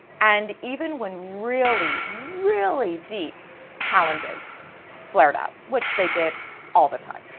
and even when really, really deep challenges flared up which they did all the time,